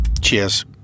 cheers